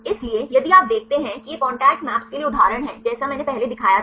इसलिए यदि आप देखते हैं कि यह कांटेक्ट मैप्स के लिए उदाहरण है जैसा मैंने पहले दिखाया था